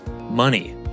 Money